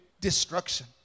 destruction